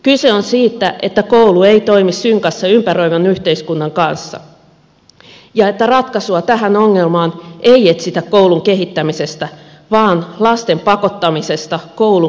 kyse on siitä että koulu ei toimi synkassa ympäröivän yhteiskunnan kanssa ja että ratkaisua tähän ongelmaan ei etsitä koulun kehittämisestä vaan lasten pakottamisesta koulun keinotodellisuuteen